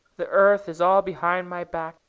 the earth is all behind my back.